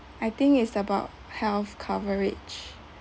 I think it's about health coverage